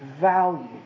value